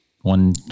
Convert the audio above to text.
one